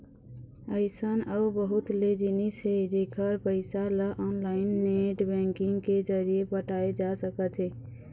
अइसन अउ बहुत ले जिनिस हे जेखर पइसा ल ऑनलाईन नेट बैंकिंग के जरिए पटाए जा सकत हे